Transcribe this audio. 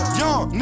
young